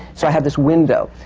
so i had this window.